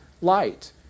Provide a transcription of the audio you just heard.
light